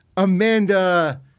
Amanda